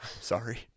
Sorry